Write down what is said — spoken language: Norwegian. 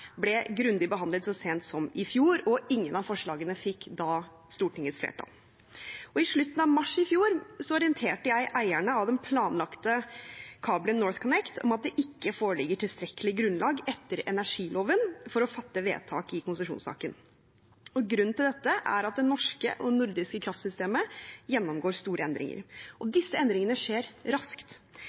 ble grundig behandlet så sent som i fjor, og ingen av forslagene fikk da flertall i Stortinget. I slutten av mars i fjor orienterte jeg eierne av den planlagte kabelen NorthConnect om at det ikke foreligger tilstrekkelig grunnlag etter energiloven for å fatte vedtak i konsesjonssaken. Grunnen til dette er at det norske og nordiske kraftsystemet gjennomgår store endringer, og disse endringene skjer raskt.